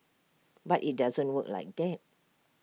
but IT doesn't work like that